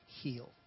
Heal